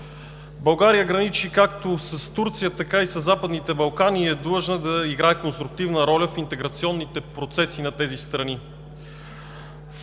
България граничи както с Турция, така и със Западните Балкани и е длъжна да играе конструктивна роля в интеграционните процеси на тези страни.